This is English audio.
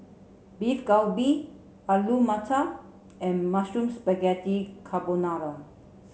Beef Galbi Alu Matar and Mushroom Spaghetti Carbonara